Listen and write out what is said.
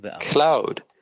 cloud